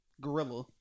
gorilla